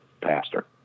pastor